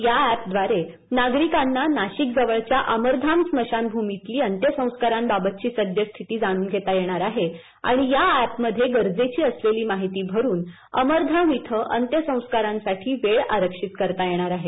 या एपद्वारे नागरिकांना नाशिकजवळच्या अमरधाम स्मशानभूमीतली अंत्यसंस्कारांबाबतची सद्यस्थिती जाणून घेता येणार आहे आणि या एपमध्ये गरजेची असलेली माहिती भरून अमरधाम इथं अंत्यसंस्कारांसाठी वेळ आरक्षित करता येणार आहे